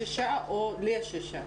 סליחה בשישה או לשישה?